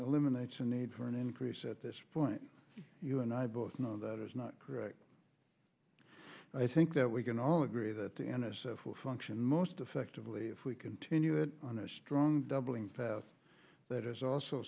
eliminates the need for an increase at this point you and i both know that is not correct and i think that we can all agree that the n s f or function most effectively if we continue it on a strong doubling path that is also